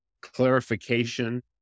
clarification